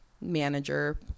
manager